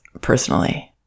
personally